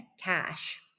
cash